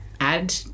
add